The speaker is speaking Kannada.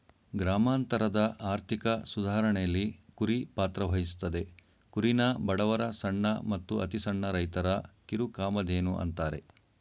ಗ್ರಾಮಾಂತರದ ಆರ್ಥಿಕ ಸುಧಾರಣೆಲಿ ಕುರಿ ಪಾತ್ರವಹಿಸ್ತದೆ ಕುರಿನ ಬಡವರ ಸಣ್ಣ ಮತ್ತು ಅತಿಸಣ್ಣ ರೈತರ ಕಿರುಕಾಮಧೇನು ಅಂತಾರೆ